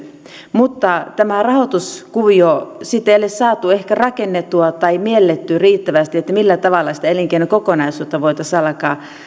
mutta sitten on tämä rahoituskuvio sitä ei ole saatu ehkä rakennettua tai ei ole mielletty riittävästi millä tavalla sitä elinkeinon kokonaisuutta voitaisiin alkaa